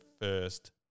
first